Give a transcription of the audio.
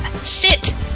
sit